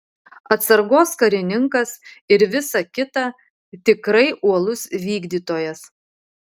atsargos karininkas ir visa kita tikrai uolus vykdytojas